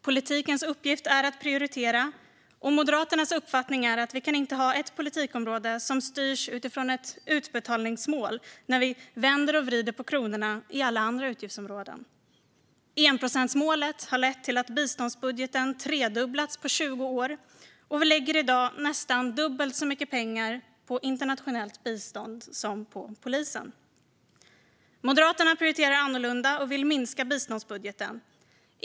Politikens uppgift är att prioritera. Moderaternas uppfattning är att vi inte kan ha ett politikområde som styrs utifrån ett utbetalningsmål när vi vänder och vrider på kronorna inom alla andra utgiftsområden. Enprocentsmålet har lett till att biståndsbudgeten har tredubblats på 20 år. Vi lägger i dag nästan dubbelt så mycket pengar på internationellt bistånd som på polisen. Moderaterna prioriterar annorlunda och vill minska biståndsbudgeten.